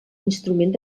instrument